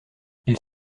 ils